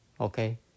okay